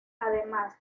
además